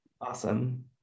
awesome